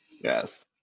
Yes